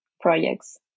projects